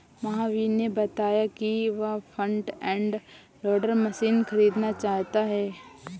महावीर ने बताया कि वह फ्रंट एंड लोडर मशीन खरीदना चाहता है